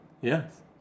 Yes